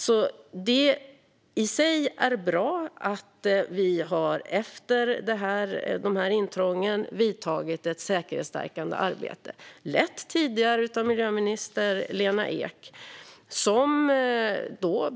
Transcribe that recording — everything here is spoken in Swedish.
Det är i sig bra att vi efter de här intrången har vidtagit ett säkerhetsstärkande arbete, tidigare lett av miljöministern Lena Ek.